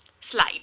Slide